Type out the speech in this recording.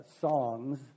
songs